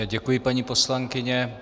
Děkuji, paní poslankyně.